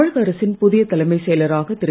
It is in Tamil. தமிழக அரசின் புதிய தலைமைச் செயலராக திரு